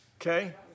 Okay